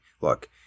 look